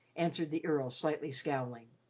answered the earl, slightly scowling.